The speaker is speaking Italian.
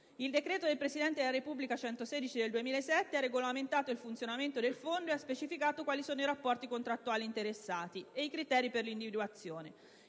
Il decreto del Presidente della Repubblica n. 116 del 2007 ha regolamentato il funzionamento del fondo e ha specificato quali sono i rapporti contrattuali interessati ed i criteri per l'individuazione.